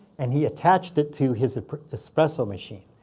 and he attached it to his espresso machine.